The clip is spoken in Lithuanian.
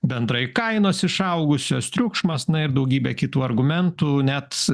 bendrai kainos išaugusios triukšmas na ir daugybė kitų argumentų net